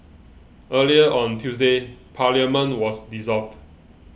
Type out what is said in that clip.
earlier on Tuesday Parliament was dissolved